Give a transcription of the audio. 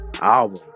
Album